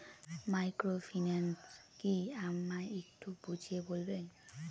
Microfinance কি আমায় একটু বুঝিয়ে বলবেন?